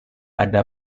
ada